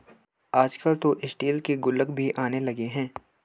आजकल तो स्टील के गुल्लक भी आने लगे हैं